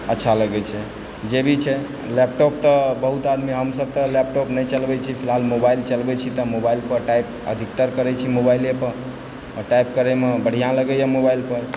अच्छा लगै छै जे भी छै लैपटॉप तऽ बहुत आदमी हमसभ तऽ लैपटॉप नहि चलबैत छी फिलहाल मोबाइल चलबैत छी तऽ मोबाइल पर टाइप अधिकतर करय छी मोबाइले पर आ टाइप करयमे बढ़िआँ लगैए मोबाइल पर